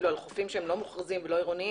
התכנון של חופים לא מוכרזים והם לא עירוניים,